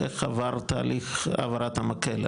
איך עבר תהליך העברת המקל?